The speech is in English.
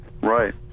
right